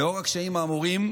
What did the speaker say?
לנוכח הקשיים האמורים,